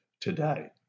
today